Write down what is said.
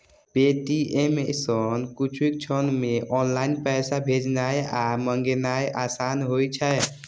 Paytm app सं किछुए क्षण मे ऑनलाइन पैसा भेजनाय आ मंगेनाय आसान होइ छै